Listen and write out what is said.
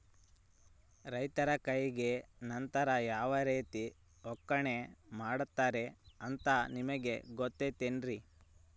ರೈತರ ಕೈಗೆ ನಂತರ ಯಾವ ರೇತಿ ಒಕ್ಕಣೆ ಮಾಡ್ತಾರೆ ಅಂತ ನಿಮಗೆ ಗೊತ್ತೇನ್ರಿ?